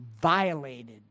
violated